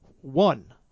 one